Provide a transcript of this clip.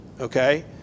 okay